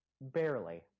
Barely